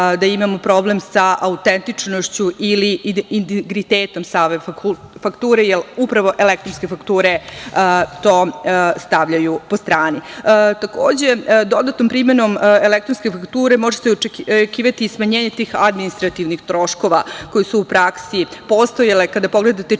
da imamo problem sa autentičnošću ili integritetom same fakture, jer upravo elektronske fakture to stavljaju po strani. Takođe, dodatnom primenom elektronske fakture može se očekivati smanjenje tih administrativnih troškova koji su u praksi postojale kada pogledate čitav